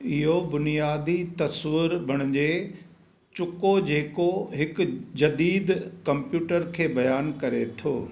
इहो बुनियादी तस्वुर बणजे चुको जेको हिकु जदीद कंप्यूटर खे बयान करे थो